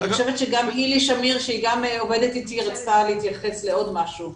גם הילי שמיר שעובדת איתי רצתה להתייחס לעוד משהו.